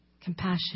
compassion